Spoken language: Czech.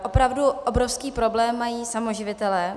Opravdu obrovský problém mají samoživitelé.